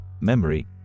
memory